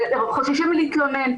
חוששים מלהתלונן.